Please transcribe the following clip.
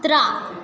कुत्रा